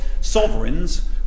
sovereigns